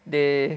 they